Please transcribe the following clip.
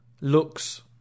looks